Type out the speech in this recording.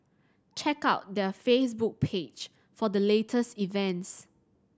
check out their Facebook page for the latest events